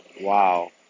Wow